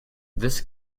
this